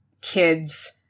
kids